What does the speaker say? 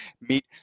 meet